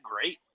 great